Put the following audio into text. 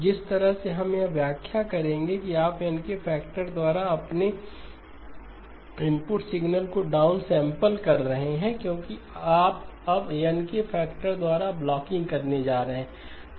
तो जिस तरह से हम यह व्याख्या करेंगे कि आप N के फैक्टर द्वारा अपने इनपुट सिग्नल को डाउनसेंपल कर रहे हैं क्योंकि आप अब N के फैक्टर द्वारा ब्लॉकिंग करने जा रहे हैं